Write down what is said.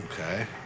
Okay